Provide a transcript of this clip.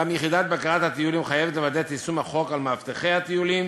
גם יחידת בקרת הטיולים חייבת לוודא את יישום החוק על מאבטחי הטיולים,